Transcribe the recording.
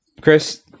Chris